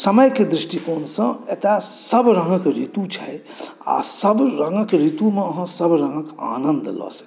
समयक दृष्टिकोणसॅं एतय सभ रङ्गक ऋतु छै आ सभ रङ्गके ऋतुमे अहाँ सभ रङ्गक आनन्द लऽ सकै छी